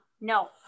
No